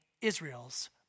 Israel's